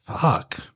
fuck